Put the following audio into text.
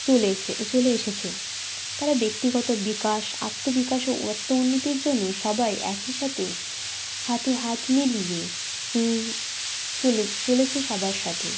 চলে এসে চলে এসেছে তারা ব্যক্তিগত বিকাশ আত্মবিকাশ ও আত্ম উন্নতির জন্য সবাই একই সাথে হাতে হাত মিলিয়ে চলে চলেছে সবার সাথে